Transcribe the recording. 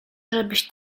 żebyś